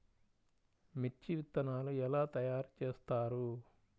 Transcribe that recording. మిర్చి విత్తనాలు ఎలా తయారు చేస్తారు?